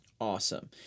Awesome